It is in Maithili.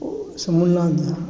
शम्भु नाथ झा